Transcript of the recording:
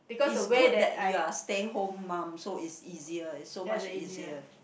is good that you are stay home mum so is easier is so much easier